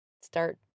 start